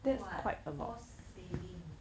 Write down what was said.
good what force saving